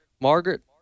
Margaret